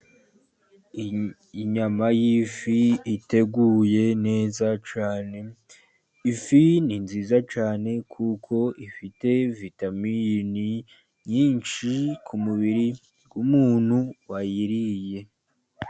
Inyama y'ifi iteguye neza cyane, ifi ni nziza cyane, kuko ifite vitamini nyinshi ku mubiri w'umuntu wayiriye.